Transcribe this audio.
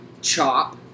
Chop